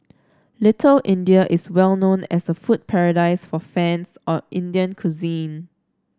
Little India is well known as a food paradise for fans of Indian cuisine